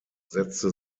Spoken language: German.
setzte